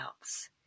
else